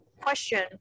question